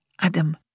Adam